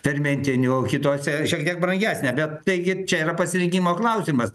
fermentinių kitose šiek tiek brangesnė bet taigi čia yra pasirinkimo klausimas